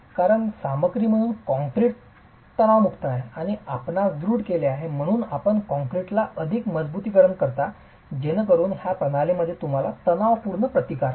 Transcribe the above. कारण सामग्री म्हणून काँक्रीट ताणतणावात कमकुवत आहे आणि आपणास दृढ केले गेले आहे म्हणून आपण कॉंक्रिटला अधिक मजबुतीकरण करता जेणेकरून या प्रणालीमध्येच तुम्हाला तणावपूर्ण प्रतिकार आहे